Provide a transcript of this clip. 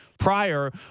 prior